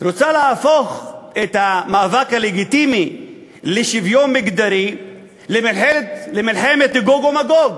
רוצה להפוך את המאבק הלגיטימי לשוויון מגדרי למלחמת גוג ומגוג.